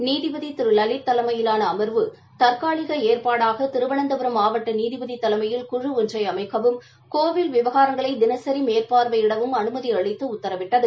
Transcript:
நீதிபதி திரு லலித் தலைமையிலான அம்வு தற்காலிக ஏற்படாத திருவனந்தபுரம் மாவட்ட நீதிபதி தலைமையில் குழு ஒன்றை அமைக்கவும் கோவில் விவகாரங்களை தினசி மேற்பா்வையிடவும் அனுமதி அளித்து உத்தரவிட்டது